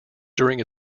during